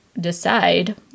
decide